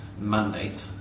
mandate